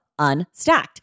Unstacked